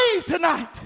tonight